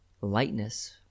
lightness